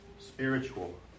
spiritual